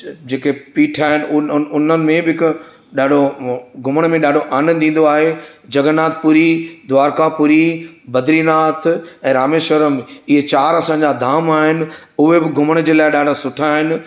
च जेके पीठ आहिनि उन उन उन्हनि में बि हिकु ॾाढो वो घुमण में ॾाढो आनंद ईंदो आहे जगन्नाथपुरी द्वारकापुरी बद्रीनाथ ऐं रामेश्वरम इहे चारि असांजा धाम आहिनि उहे बि घुमण जे लाइ ॾाढा सुठा आहिनि